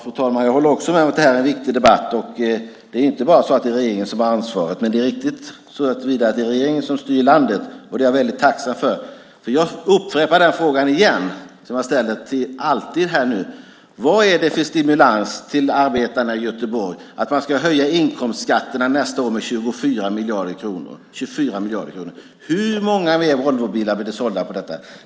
Fru talman! Jag håller också med om att det här är en viktig debatt. Det är inte så att det är bara regeringen som har ansvaret, men det är riktigt så till vida att det är regeringen som styr landet. Det är jag väldigt tacksam för. Jag upprepar den fråga som jag alltid ställer här nu: Vad är det för stimulans till arbetarna i Göteborg att man ska höja inkomstskatterna nästa år med 24 miljarder kronor? Hur många fler Volvobilar blir sålda genom detta?